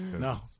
No